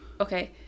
Okay